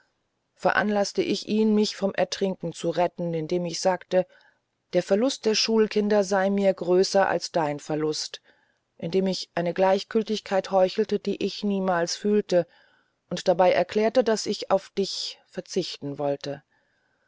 veranlaßte ich ihn mich vom ertrinken zu retten indem ich sagte der verlust der schulkinder sei mir größer als dein verlust und indem ich eine gleichgültigkeit heuchelte die ich niemals fühlte und dabei erklärte daß ich auf dich verzichten wollte